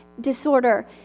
disorder